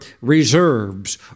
reserves